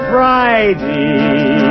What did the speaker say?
Friday